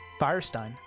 Firestein